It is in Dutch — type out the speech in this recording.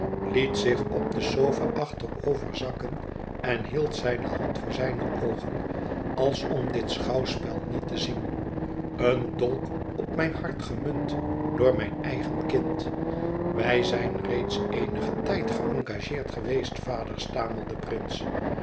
liet zich op de sofa achteroverzakken en hield zijne hand voor zijne oogen als om dit schouwspel niet te zien een dolk op mijn hart gemunt door mijn eigen kind wij zijn reeds eenigen tijd geëngageerd geweest vader stamelde prince